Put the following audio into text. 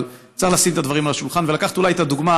אבל צריך לשים את הדברים על השולחן ולקחת אולי את הדוגמה